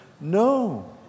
no